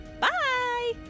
Bye